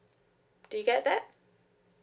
did you get that